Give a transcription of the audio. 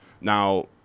Now